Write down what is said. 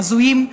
הזויים,